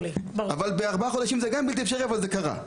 גם בארבעה חודשים זה בלתי אפשרי, אבל זה כן קרה.